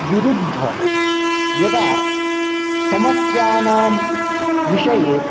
विरुद्ध यदा समस्यानां विषये